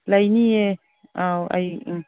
ꯂꯩꯅꯤꯌꯦ ꯑꯥꯎ ꯑꯩ ꯎꯝ